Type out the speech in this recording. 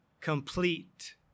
complete